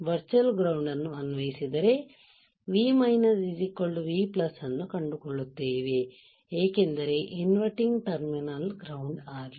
virtual ground ಅನ್ನು ಅನ್ವಯಿಸಿದರೆ V V ಅನ್ನು ಕಂಡುಕೊಳ್ಳುತ್ತೇವೆ ಏಕೆಂದರೆ ಇನ್ವರ್ಟಿಂಗ್ ಟರ್ಮಿನಲ್ ಗ್ರೌಂಡ್ ಆಗಿದೆ